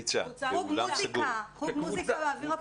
חוג מוסיקה באוויר הפתוח.